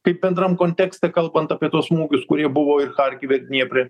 taip bendram kontekste kalbant apie tuos smūgius kurie buvo ir charkive dniepre